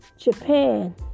Japan